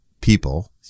people